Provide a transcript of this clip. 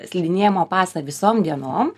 slidinėjimo pasą visom dienom